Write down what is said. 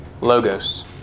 Logos